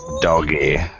doggy